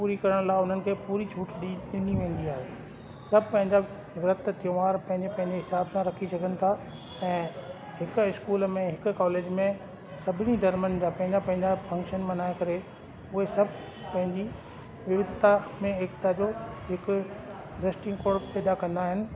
पूरी करण लाइ उन्हनि खे पूरी छूट ॾी ॾिनी वेंदी आहे सभु पंहिंजा व्रत त्योहारु पंहिंजे पंहिंजे हिसाब सां रखी सघनि था ऐं हिकु स्कूल में हिकु कॉलेज में सभिनी धर्मनि जा पंहिंजा पंहिंजा फंक्शन मल्हाए उहे सभु पंहिंजी विविधता में एकता जो हिकु द्रष्टिकोण पैदा कंदा आहिनि